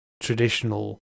traditional